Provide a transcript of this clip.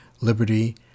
liberty